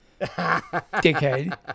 Dickhead